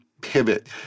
pivot